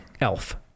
Elf